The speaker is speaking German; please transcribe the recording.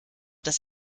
das